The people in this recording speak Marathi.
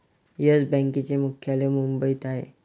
येस बँकेचे मुख्यालय मुंबईत आहे